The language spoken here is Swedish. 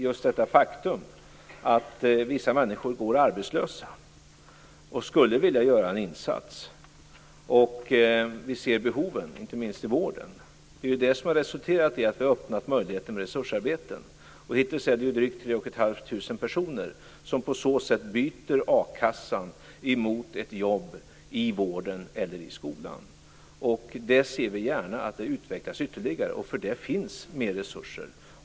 Just det faktum att vissa människor går arbetslösa och skulle vilja göra en insats och att vi samtidigt ser behoven, inte minst i vården, har gjort att vi har skapat möjligheten till resursarbeten. Hittills har drygt tre och ett halvt tusen personer på så sätt bytt a-kassan mot ett jobb i vården eller i skolan. Vi ser gärna att detta utvecklas ytterligare, och för det finns mer resurser.